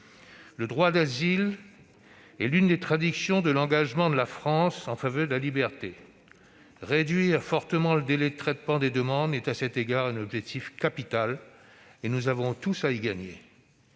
Le droit d'asile est l'une des traductions de l'engagement de la France en faveur de la liberté. Réduire fortement le délai de traitement des demandes est à ce titre un objectif capital. Et nous avons tous à y gagner.